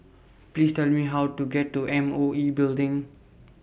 Please Tell Me How to get to M O E Building